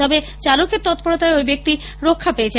তবে চালকের তৎপরতায় ঐ ব্যক্তি রক্ষা পেয়েছেন